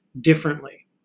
differently